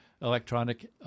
electronic